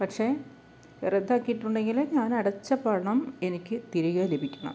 പക്ഷേ റദ്ദാക്കീട്ടുണ്ടെങ്കിൽ ഞാനടച്ച പണം എനിക്ക് തിരികെ ലഭിക്കണം